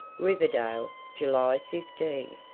riverdale, july fifteen.